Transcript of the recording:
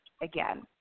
again